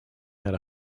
had